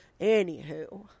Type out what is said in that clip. Anywho